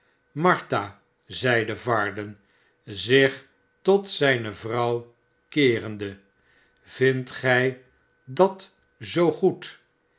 martha zeide varden zich tot zijne vrouw keerende ivindt gij dat zoo goed